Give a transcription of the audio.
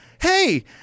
hey